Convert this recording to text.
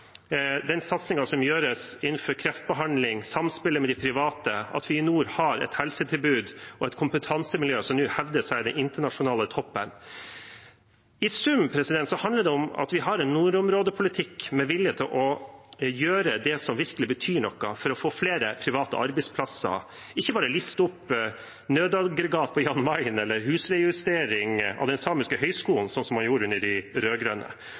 den satsingen som gjøres innenfor kreftbehandling, samspillet med de private, og at vi i nord har et helsetilbud og et kompetansemiljø som nå hevder seg i den internasjonale toppen. I sum handler det om at vi har en nordområdepolitikk med vilje til å gjøre det som virkelig betyr noe for å flere private arbeidsplasser, ikke bare liste opp nødaggregat på Jan Mayen eller justeringer ved Samisk Høgskole, slik man gjorde under de